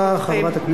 תודה רבה.